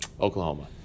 Oklahoma